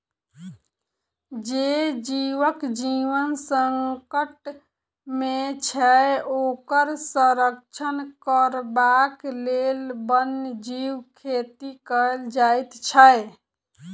जे जीवक जीवन संकट मे छै, ओकर संरक्षण करबाक लेल वन्य जीव खेती कयल जाइत छै